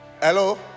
Hello